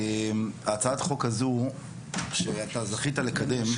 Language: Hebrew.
הצעת החוק הזו שאתה זכית לקדם,